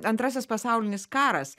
antrasis pasaulinis karas